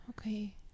Okay